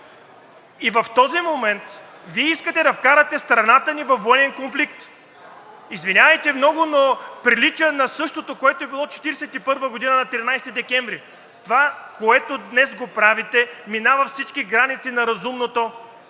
а в този момент Вие искате да вкарате страната ни във военен конфликт. Извинявайте много, но прилича на същото, което е било на 13 декември 1941 г.! Това, което днес го правите, минава всички граници на разумното!